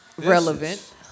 relevant